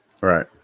Right